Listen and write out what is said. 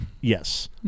yes